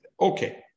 Okay